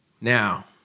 Now